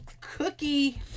cookie